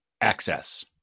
access